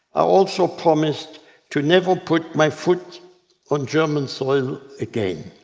i also promised to never put my foot on german soil again.